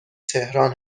تهران